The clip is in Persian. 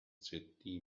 جدی